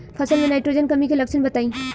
फसल में नाइट्रोजन कमी के लक्षण बताइ?